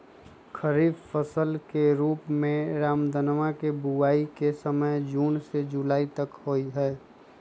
खरीफ फसल के रूप में रामदनवा के बुवाई के समय जून से जुलाई तक में हई